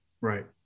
right